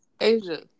Asia